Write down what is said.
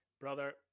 Brother